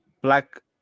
black